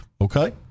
okay